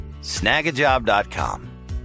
snagajob.com